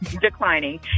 declining